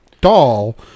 Doll